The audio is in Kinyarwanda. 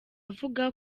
avuga